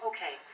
Okay